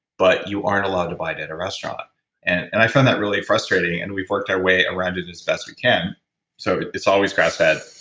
but you aren't allowed to buy it at a restaurant and and i found that really frustrating, and we've worked our way around it as best we can so it's always grass-fed.